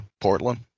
Portland